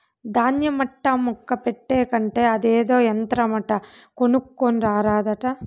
దాన్య మట్టా ముక్క పెట్టే కంటే అదేదో యంత్రమంట కొనుక్కోని రారాదా